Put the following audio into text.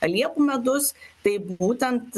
liepų medus tai būtent